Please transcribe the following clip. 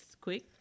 quick